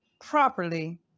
properly